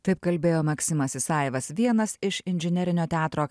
taip kalbėjo maksimas isajevas vienas iš inžinerinio teatro